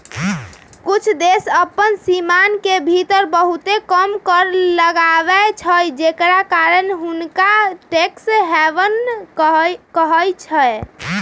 कुछ देश अप्पन सीमान के भीतर बहुते कम कर लगाबै छइ जेकरा कारण हुंनका टैक्स हैवन कहइ छै